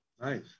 Nice